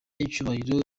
y’icyubahiro